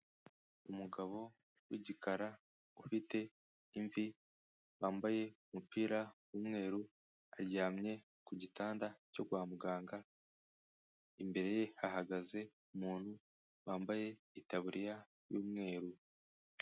Umugabo w'igikara ufite imvi wambaye umupira w'umweru, aryamye ku gitanda cyo kwa muganga. Imbere ye hahagaze umuntu wambaye itaburiya y'umweru.